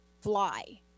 fly